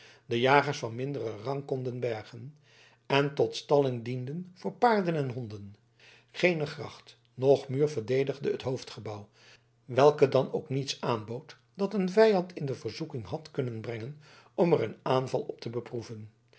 de jagers van minderen rang konden bergen en tot stalling dienden voor paarden en honden geene gracht noch muur verdedigde het hoofdgebouw t welk dan ook niets aanbood dat een vijand in de verzoeking had kunnen brengen om er een aanval op te beproeven